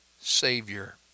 Savior